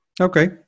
Okay